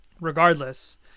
regardless